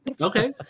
Okay